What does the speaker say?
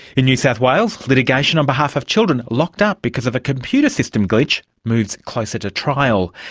in new south wales, litigation on behalf of children locked up because of a computer system glitch moves closer to trial.